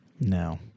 No